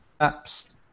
apps